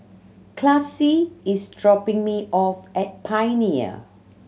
Classie is dropping me off at Pioneer